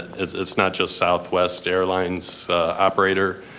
it's it's not just southwest airlines' operator.